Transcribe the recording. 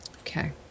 okay